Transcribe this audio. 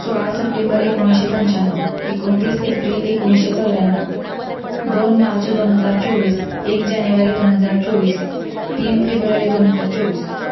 सोळा सप्टेंबर एकोणीसशे पंचाण्णव एकोणतीस एप्रिल एकोणीसशे चौऱ्याण्णव दोन मार्च दोन हजार चोवीस एक जानेवारी दोन हजार चोवीस तीन फेब्रुवारी दोन हजार चोवीस